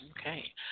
Okay